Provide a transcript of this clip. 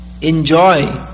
enjoy